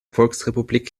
volksrepublik